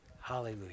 Hallelujah